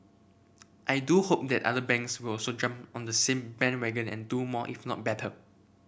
I do hope that other banks will also jump on the same bandwagon and do more if not better